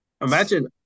Imagine